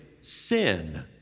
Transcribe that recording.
sin